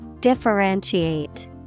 differentiate